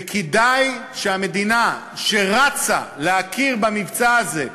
וכדאי שהמדינה, שרצה להכיר במבצע הזה,